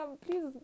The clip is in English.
please